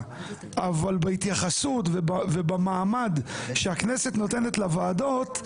אבל בהתייחסות ובמעמד שהכנסת נותנת לוועדות,